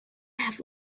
have